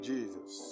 Jesus